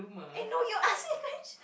aye no you ask me question